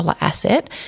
asset